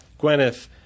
Gwyneth